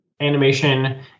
animation